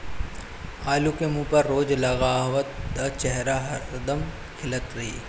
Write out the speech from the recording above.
आलू के मुंह पर रोज लगावअ त चेहरा हरदम खिलल रही